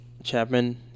Chapman